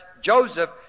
Joseph